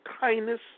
kindness